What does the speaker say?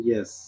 Yes